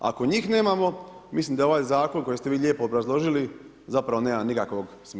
Ako njih nemamo, mislim da ovaj zakon, kojeg ste vi lijepo obrazložili, zapravo nema nikakvog smisla.